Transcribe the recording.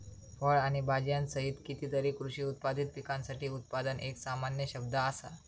फळ आणि भाजीयांसहित कितीतरी कृषी उत्पादित पिकांसाठी उत्पादन एक सामान्य शब्द असा